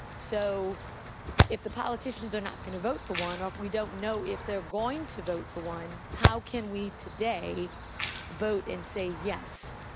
so if the politicians are not going to vote for one or if we don't know if they're going to vote for one, how can we today vote and say, yes,